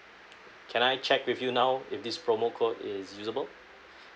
can I check with you now if this promo code is usable